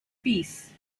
peace